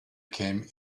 came